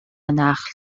نخل